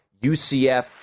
UCF